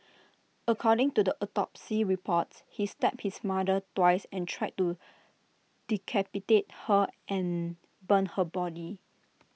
according to the autopsy reports he stabbed his mother twice and tried to decapitate her and burn her body